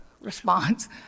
response